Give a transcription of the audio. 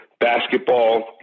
Basketball